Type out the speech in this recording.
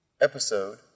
episode